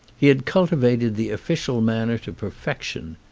he had cultivated the official man ner to perfection.